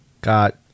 got